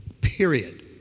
period